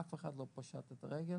אף אחד לא פשט את הרגל.